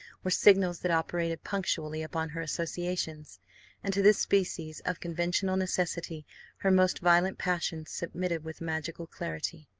were signals that operated punctually upon her associations and to this species of conventional necessity her most violent passions submitted with magical celerity.